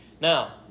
Now